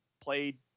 played